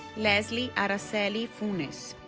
leslie aracely funes